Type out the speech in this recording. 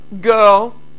girl